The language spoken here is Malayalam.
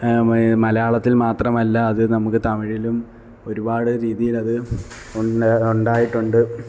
ഈ മലയാളത്തില് മാത്രമല്ല അത് നമുക്ക് തമിഴിലും ഒരുപാട് രീതിയില് അത് ഉണ്ടായിട്ടുണ്ട്